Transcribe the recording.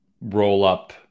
roll-up